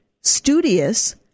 studious